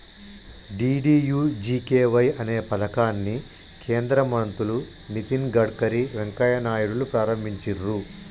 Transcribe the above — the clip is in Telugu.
డీ.డీ.యూ.జీ.కే.వై అనే పథకాన్ని కేంద్ర మంత్రులు నితిన్ గడ్కరీ, వెంకయ్య నాయుడులు ప్రారంభించిర్రు